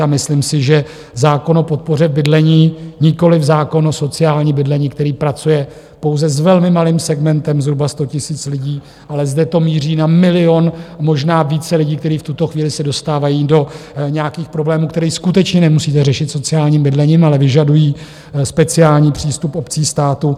A myslím si, že zákon o podpoře bydlení, nikoliv zákon o sociálním bydlení, který pracuje pouze s velmi malým segmentem zhruba 100 000 lidí, ale zde to míří na milion a možná více lidí, kteří v tuto chvíli se dostávají do nějakých problémů, které skutečně nemusíte řešit sociálním bydlením, ale vyžadují speciální přístup obcí, státu.